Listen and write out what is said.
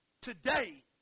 Today